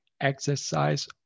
exercise